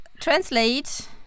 Translate